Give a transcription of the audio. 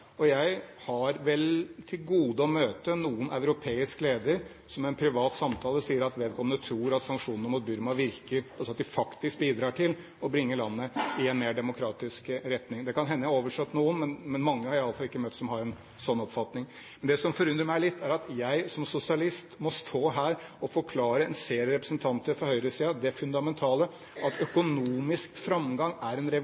Jeg har vel til gode å møte noen europeisk leder som i en privat samtale sier at vedkommende tror at sanksjonene mot Burma virker, altså at de faktisk bidrar til å bringe landet i en mer demokratisk retning. Det kan hende jeg har oversett noen, men jeg har iallfall ikke møtt mange som har en slik oppfatning. Det som forundrer meg litt, er at jeg som sosialist må stå her og forklare en serie representanter fra høyresiden det fundamentale at økonomisk framgang er en